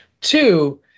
Two